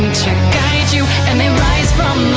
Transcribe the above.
guide you and they rise